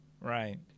Right